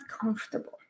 comfortable